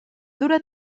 dura